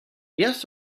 yes